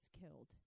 killed